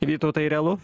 vytautai realu